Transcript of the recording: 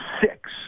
six